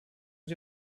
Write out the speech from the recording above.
mit